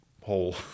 hole